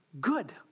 good